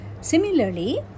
Similarly